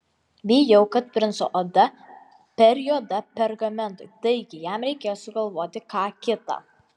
bijau kad princo oda per juoda pergamentui taigi jam reikės sugalvoti ką kita